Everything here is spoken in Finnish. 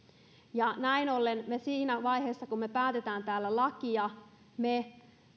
näin ollen me siinä vaiheessa kun me päätämme täällä